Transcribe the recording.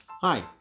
Hi